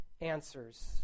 answers